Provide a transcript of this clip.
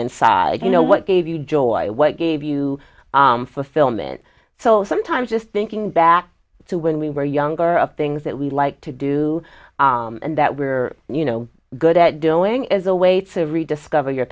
inside you know what gave you joy what gave you fulfillment so sometimes just thinking back to when we were younger of things that we like to do and that we are you know good at doing is a way to rediscover your